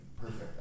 perfect